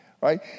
right